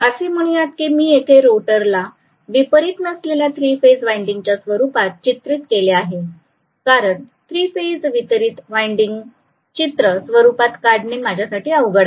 असे म्हणूयात की मी येथे स्टेटर ला वितरित नसलेल्या थ्री फेज वाइंडिंगच्या स्वरूपात चित्रित केले आहे कारण थ्री फेज वितरित वाइंडिंग चित्र स्वरूपात काढणे माझ्यासाठी अवघड आहे